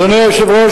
אדוני היושב-ראש,